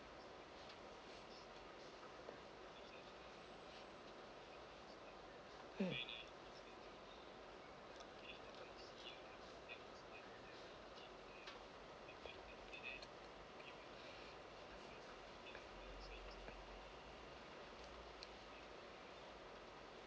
mm